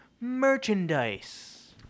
Merchandise